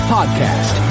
Podcast